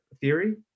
theory